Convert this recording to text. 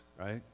right